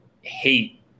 hate